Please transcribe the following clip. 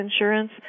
insurance